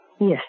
Yes